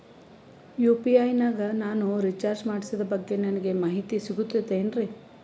UPI ನಾಗ ನಾನು recharge ಮಾಡಿಸಿದ ಬಗ್ಗೆ ನನಗೆ ಮಾಹಿತಿ ಸಿಗುತೇನ್ರೀ?